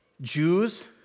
Jews